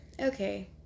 Okay